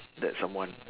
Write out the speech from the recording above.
that someone